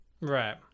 Right